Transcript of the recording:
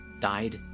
died